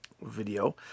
video